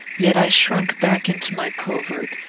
yet i shrunk back into my covert,